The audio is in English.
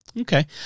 Okay